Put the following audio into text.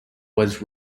was